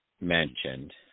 mentioned